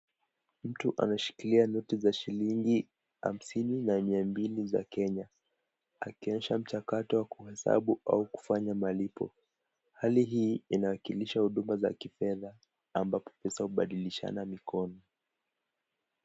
Mtu ameshikilia noti za shilingi hamsini na mia mbili za Kenya. Akiyeshamchakatu kuhesabu au kufanya malipo. Hali hii inaakilishi huduma za kifedha ambapo ni za kubadilisha mikono.